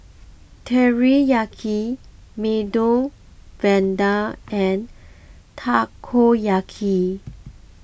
Teriyaki Medu Vada and Takoyaki